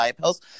pills